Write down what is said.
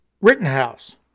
Rittenhouse